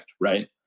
right